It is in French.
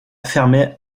fermé